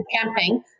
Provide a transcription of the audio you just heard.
camping